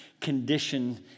condition